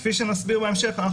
כפי שנסביר בהמשך,